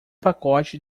pacote